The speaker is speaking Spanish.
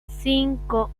cinco